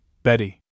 Betty